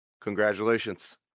Congratulations